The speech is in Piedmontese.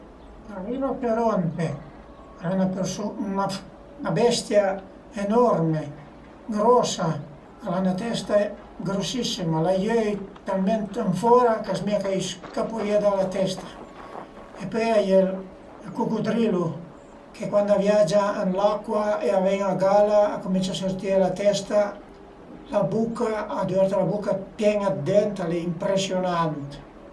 Ël rinoceronte, al e 'na persun-a, 'na bestia enorme, grosa, al a 'na testa grossissima, al a i öi talment ën fora ch'a zmìa ch'a i scapu vìa da la testa e pöi a ie ël cucudrilu che cuand a viagia ën l'acua e a ven a gala, a comunicia a sürtìe la testa, la buca, a düverta la buca pien-a dë dent, al e impresiunant